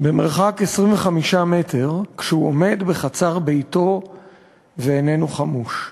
ממרחק 25 מטר, כשהוא עומד בחצר ביתו ואיננו חמוש.